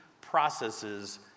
processes